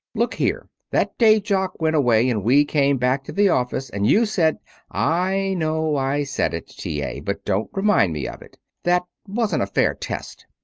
look here! that day jock went away and we came back to the office, and you said i know i said it, t. a, but don't remind me of it. that wasn't a fair test.